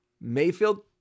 Mayfield